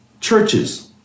churches